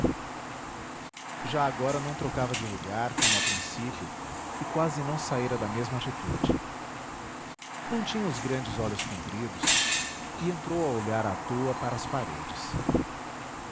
já agora não trocava de lugar como a princípio e quase não saíra da mesma atitude não tinha os grandes olhos compridos e entrou a olhar à toa para as paredes